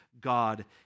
God